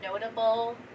notable